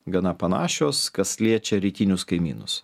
gana panašios kas liečia rytinius kaimynus